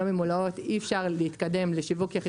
ממולאות אי אפשר להתקדם לשיווק יחידות.